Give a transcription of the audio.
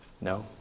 No